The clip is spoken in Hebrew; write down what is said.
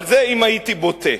אבל זה אם הייתי בוטה.